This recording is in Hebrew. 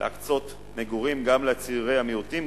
להקצות מגורים גם לצעירי המיעוטים,